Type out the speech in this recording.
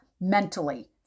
mentally